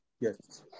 Yes